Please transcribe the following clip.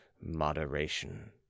moderation